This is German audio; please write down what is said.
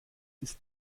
ist